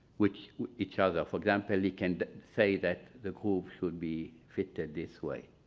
which each other. for example, it can say that the groove should be fitted this way.